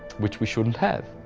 which we shouldn't have,